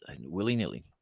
willy-nilly